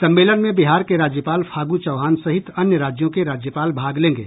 सम्मेलन में बिहार के राज्यपाल फागू चौहान सहित अन्य राज्यों के राज्यपाल भाग लेंगे